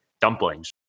dumplings